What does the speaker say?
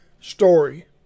story